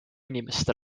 inimest